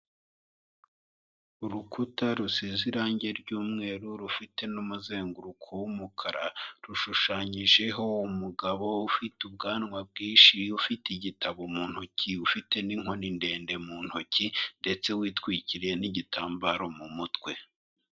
Urukuta rusize irange ry'umweru rufite n'umuzenguruko w'umukara, rushushanyijeho umugabo ufite ubwanwa bwinshi, ufite igitabo mu ntoki, ufite n'inkoni ndende mu ntoki ndetse witwikiriye n'igitambaro mu mutwe.